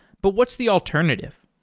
but what's the alternative?